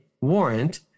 warrant